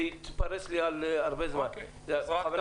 זה יתפרס לי לאורך זמן רב..